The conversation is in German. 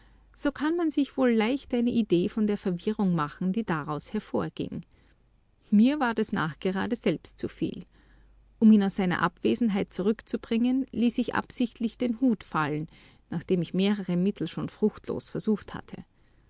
so kann man sich wohl leicht eine idee von der verwirrung machen die daraus hervorging mir ward es nachgerade selbst zuviel um ihn aus seiner abwesenheit zurückzubringen ließ ich absichtlich den hut fallen nachdem ich mehrere mittel schon fruchtlos versucht hatte